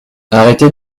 arrêtez